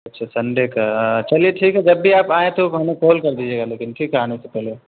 اچھا سنڈے کا چلیے ٹھیک ہے جب بھی آپ آئیں تو ہمیں کال کر دیجیے گا لیکن ٹھیک ہے آنے سے پہلے